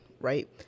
right